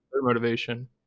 motivation